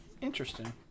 Interesting